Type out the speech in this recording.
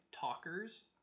talkers